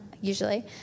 usually